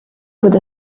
with